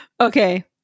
okay